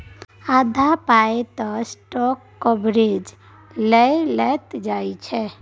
आधा पाय तँ स्टॉक ब्रोकरेजे लए लैत छै